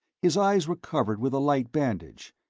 his eyes were covered with a light bandage,